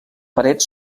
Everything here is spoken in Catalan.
parets